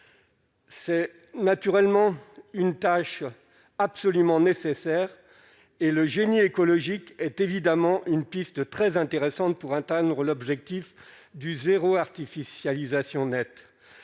C'est naturellement une tâche absolument nécessaire et le génie écologique est évidemment une piste très intéressante pour un tendre l'objectif du zéro artificialisation nette